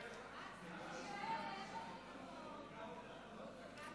מרב מיכאלי, איתן